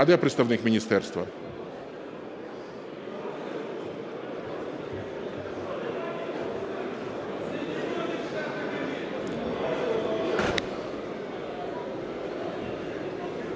а де представник міністерства?